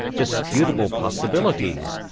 disputable possibilities,